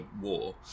war